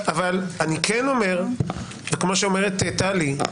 כמו שאומרת טלי,